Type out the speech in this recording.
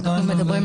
כן.